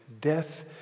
Death